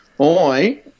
Oi